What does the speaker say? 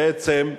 בעצם,